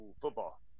Football